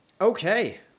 Okay